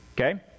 Okay